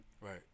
Right